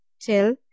till